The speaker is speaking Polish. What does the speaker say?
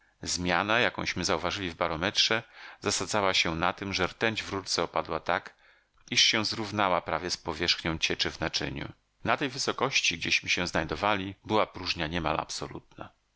zmiana jakąśmy zauważyli w barometrze zasadzała się na tem że rtęć w rurce opadła tak iż się zrównała prawie z powierzchnią cieczy w naczyniu na tej wysokości gdzieśmy się znajdowali była próżnia niemal absolutna